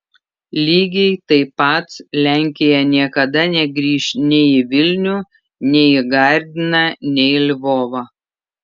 lygiai taip pat lenkija niekada negrįš nei į vilnių nei į gardiną nei į lvovą